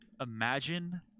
imagine